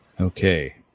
Okay